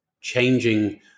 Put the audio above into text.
changing